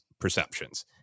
perceptions